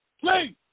Please